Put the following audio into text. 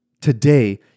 Today